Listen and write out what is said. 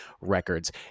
records